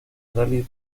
rally